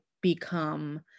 become